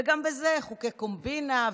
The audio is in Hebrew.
וגם בזה חוקי קומבינה,